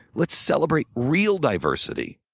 let's celebrate real diversity.